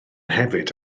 hefyd